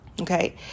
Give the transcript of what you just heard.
Okay